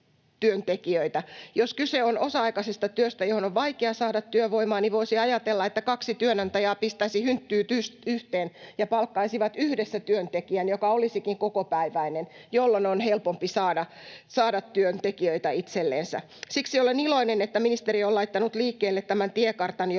Jos kyse on osa-aikaisesta työstä, johon on vaikea saada työvoimaa, niin voisi ajatella, että kaksi työnantajaa pistäisi hynttyyt yhteen ja palkkaisi yhdessä työntekijän, joka olisikin kokopäiväinen, jolloin on helpompi saada työntekijöitä itsellensä. Siksi olen iloinen, että ministeri on laittanut liikkeelle tämän tiekartan, jolla